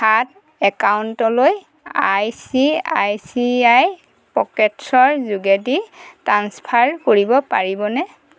সাত একাউণ্টটলৈ I C I C I পকেটছৰ যোগেদি ট্ৰাঞ্চফাৰ কৰিব পাৰিবনে